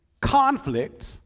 conflict